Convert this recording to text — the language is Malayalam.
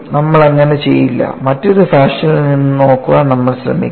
നമ്മൾ അങ്ങനെ ചെയ്യില്ല മറ്റൊരു ഫാഷനിൽ നിന്ന് നോക്കാൻ നമ്മൾ ശ്രമിക്കും